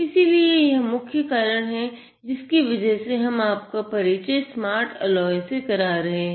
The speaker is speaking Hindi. इसीलिए यह मुख्य कारण है जिसकी वजह से हम आपका परिचय स्मार्ट एलाय से करा रहे हैं